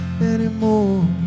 anymore